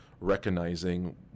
recognizing